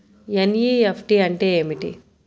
NEFT అంటే ఏమిటి?